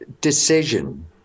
decision